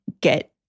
get